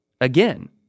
Again